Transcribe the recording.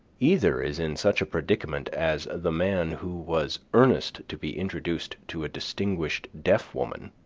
either is in such a predicament as the man who was earnest to be introduced to a distinguished deaf woman,